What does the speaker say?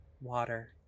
water